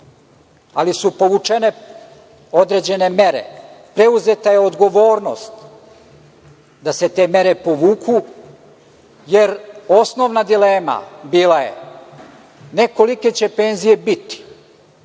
ali su povučene određene mere. Preuzeta je odgovornost da se te mere povuku jer osnovna dilema bila je ne kolike će penzije biti